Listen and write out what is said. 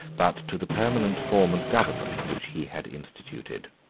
but to the permanent form of government which he had instituted.